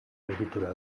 egitura